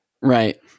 right